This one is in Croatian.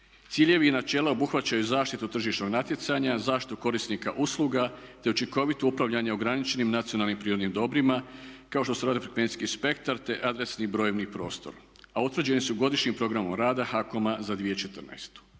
Ciljevi i načela obuhvaćaju zaštitu tržišnog natjecanja, zaštitu korisnika usluga, te učinkovito upravljanje ograničenim nacionalnim prirodnim dobrima kao što se radi o frekvencijskom spektru te adresni brojevni prostor. A utvrđeni su godišnjim programom rada HAKOM-a za 2014.